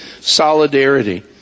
solidarity